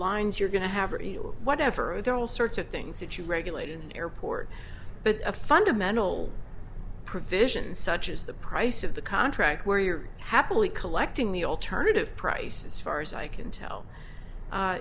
lines you're going to have real whatever or there are all sorts of things that you regulate in an airport but a fundamental provision such as the price of the contract where you're happily collecting the alternative price as far as i can tell